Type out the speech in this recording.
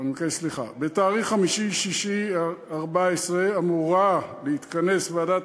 אני מבקש סליחה: ב-5 ביוני 2014 אמורה להתכנס ועדת